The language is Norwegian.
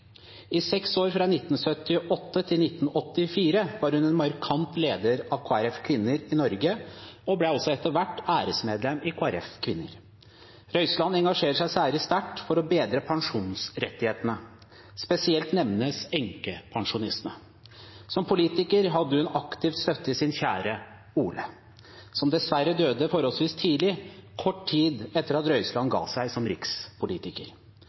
I seks år, fra 1978 til 1984, var hun en markant leder av KrF Kvinner i Norge og ble også etter hvert æresmedlem i KrF Kvinner. Røyseland engasjerte seg særlig sterkt for å bedre pensjonsrettighetene. Spesielt nevnes enkepensjonistene. Som politiker hadde hun aktiv støtte i sin kjære Ole, som dessverre døde forholdsvis tidlig, kort tid etter at Røyseland ga seg som rikspolitiker.